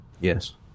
Yes